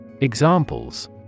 Examples